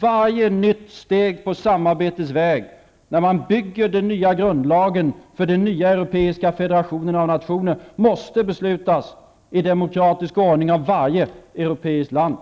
Varje nytt steg på samarbetets väg -- när man bygger den nya grundlagen för den nya europeiska federationen av nationer -- måste beslutas i demokratisk ordning av varje europeiskt land.